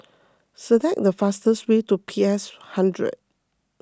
select the fastest way to P S hundred